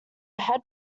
ahead